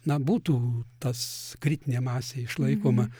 na būtų tas kritinė masė išlaikoma